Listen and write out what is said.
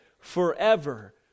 forever